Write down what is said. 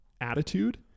attitude